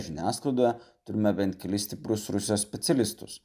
žiniasklaidoje turime bent kelis stiprus rusijos specialistus